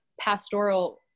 pastoral